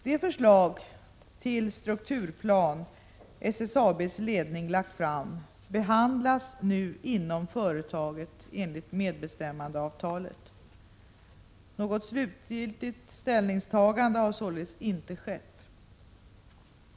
Det förslag till strukturplan SSAB:s ledning lagt fram behandlas nu inom företaget enligt medbestämmandeavtalet. Något slutligt ställningstagande har således inte skett.